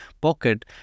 pocket